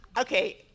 okay